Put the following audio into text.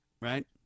right